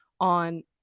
on